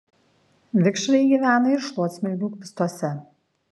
vikšrai gyvena ir šluotsmilgių kupstuose